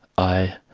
i